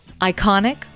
Iconic